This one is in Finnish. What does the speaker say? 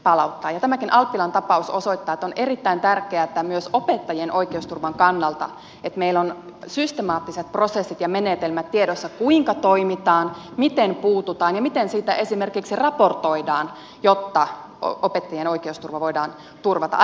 tämäkin alppilan tapaus osoittaa että on erittäin tärkeätä myös opettajien oikeusturvan kannalta että meillä on systemaattiset prosessit ja menetelmät tiedossa kuinka toimitaan miten puututaan ja miten siitä esimerkiksi raportoidaan jotta opettajien oikeusturva voidaan turvata